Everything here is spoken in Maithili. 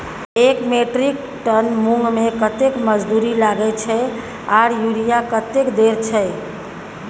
एक मेट्रिक टन मूंग में कतेक मजदूरी लागे छै आर यूरिया कतेक देर छै?